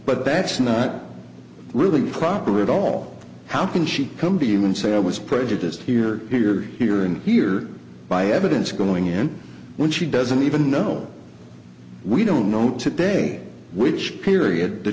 but that's not really proper at all how can she come to you and say i was prejudiced here here here and here by evidence going in when she doesn't even know we don't know today which period the